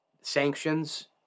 sanctions